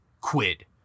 quid